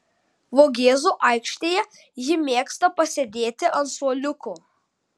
vogėzų aikštėje ji mėgsta pasėdėti ant suoliukų